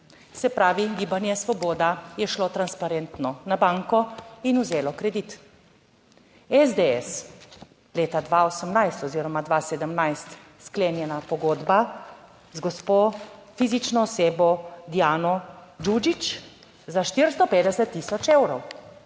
Se pravi, Gibanje Svoboda je šlo transparentno na banko in vzelo kredit. SDS, leta 2018 oziroma 2017 sklenjena pogodba z gospo fizično osebo Diano Đuđić za 450 tisoč evrov;